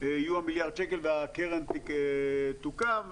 מיליארד שקל והקרן תוקם,